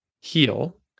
heal